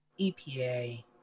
epa